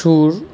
সুর